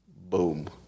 Boom